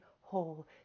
whole